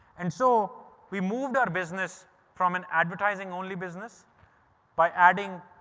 and so we moved our business from an advertising only business by adding,